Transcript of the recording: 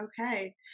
okay